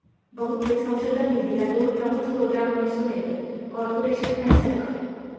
बहुतेक संशोधन निधी ह्या दोन प्रमुख स्त्रोतांकडसून येतत, कॉर्पोरेशन आणि सरकार